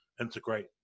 integrate